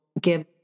give